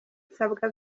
nsabwa